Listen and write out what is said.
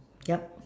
yup